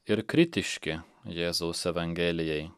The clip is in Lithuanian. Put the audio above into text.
ir kritiški jėzaus evangelijai